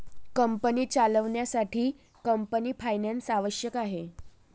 company चालवण्यासाठी company finance आवश्यक आहे